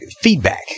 feedback